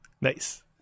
Nice